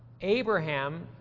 Abraham